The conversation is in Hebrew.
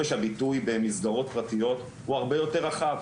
חופש הביטוי במסגרות פרטיות הוא הרבה יותר רחב.